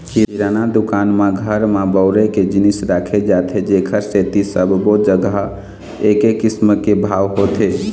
किराना दुकान म घर म बउरे के जिनिस राखे जाथे जेखर सेती सब्बो जघा एके किसम के भाव होथे